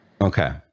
Okay